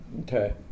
Okay